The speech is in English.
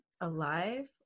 alive